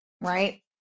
right